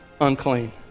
unclean